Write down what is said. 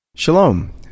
Shalom